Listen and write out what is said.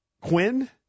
Quinn